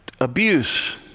abuse